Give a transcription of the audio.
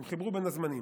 הם חיברו בין הזמנים.